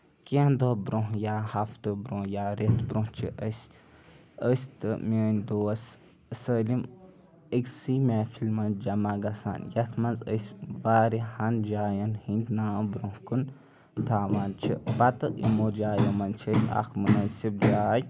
کیٚنہہ دۄہ برونٛہہ یا ہَفتہٕ برونٛہہ یا رٮ۪تھ برونٛہہ چھِ أسۍ تہٕ میٲنۍ دوس سٲلِم أکسٕے محفل منٛز جمع گژھان یَتھ منٛز أسۍ واریاہن جاین ہہندۍ ناو برونٛہہ کُن تھاوان چھِ پَتہٕ یِمو جاین منٛز چھِ أسۍ اکھ مُنٲسِب جاے